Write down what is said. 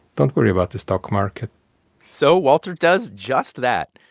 don't worry about the stock market so walter does just that.